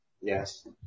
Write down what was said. Yes